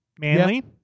Manly